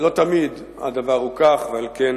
לא תמיד הדבר הוא כך, ועל כן